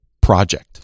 project